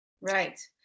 right